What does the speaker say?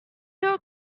door